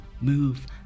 move